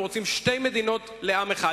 הם רוצים שתי מדינות לעם אחד.